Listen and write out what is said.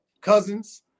Cousins